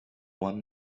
one